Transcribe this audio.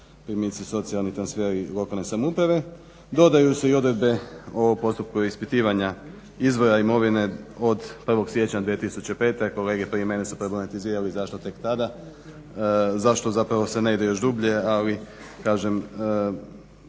primici socijalni transferi lokalne samouprave, dodaju se i odredbe o postupku ispitivanja izbora imovine od 1. siječnja 2005. kolege prije mene su pragmatizirali zašto tek tada. Zašto zapravo se ne ide još dublje ali kažem